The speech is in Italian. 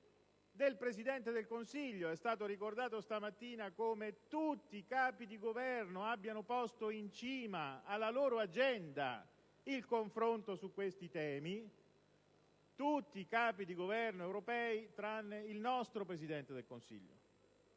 del Presidente del Consiglio. È stato ricordato stamattina come tutti i Capi di Governo abbiano posto in cima alla loro agenda il confronto su questi temi: tutti i Capi di Governo europei tranne il nostro Presidente del Consiglio,